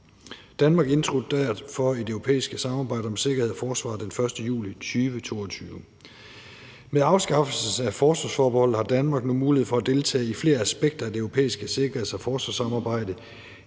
Danmark indtrådte derfor i det europæiske samarbejde om sikkerhed og forsvar den 1. juli 2020. Med afskaffelsen af forsvarsforbeholdet har Danmark nu mulighed for at deltage i flere aspekter af det europæiske sikkerheds- og forsvarssamarbejde.